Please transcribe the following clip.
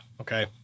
okay